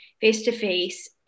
face-to-face